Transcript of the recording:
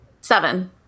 seven